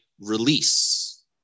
release